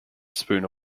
spooner